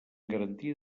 garantia